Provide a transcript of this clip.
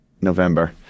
November